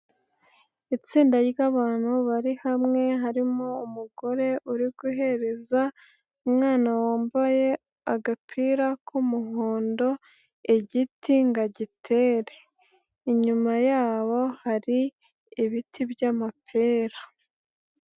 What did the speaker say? Itsinda ry'abantu bari hamwe, harimo umugore uri guhereza umwana wambaye agapira k'umuhondo, igiti ngo agitere. Inyuma yabo hari ibiti by'amapera.